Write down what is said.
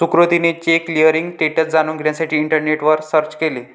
सुकृतीने check clearing status जाणून घेण्यासाठी इंटरनेटवर सर्च केले